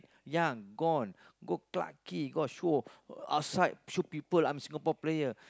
young gone go Clarke-Quay go show outside show people I'm Singapore player